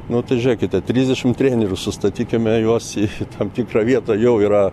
nu tai žiūrėkite trisdešimt trenerių sustatykime juos į tam tikrą vietą jau yra